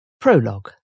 Prologue